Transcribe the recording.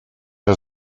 der